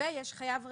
ויש חייב רגיל,